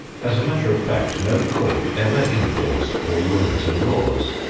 as a matter of fact, no court ever enforced all the written laws,